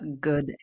good